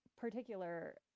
particular